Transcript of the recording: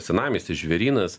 senamiestis žvėrynas